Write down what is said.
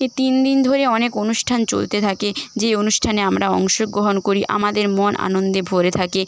এই তিন দিন ধরে অনেক অনুষ্ঠান চলতে থাকে যে অনুষ্ঠানে আমরা অংশগ্রহণ করি আমাদের মন আনন্দে ভরে থাকে